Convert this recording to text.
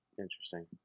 Interesting